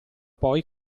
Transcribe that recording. poi